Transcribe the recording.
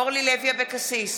נגד אורלי לוי אבקסיס,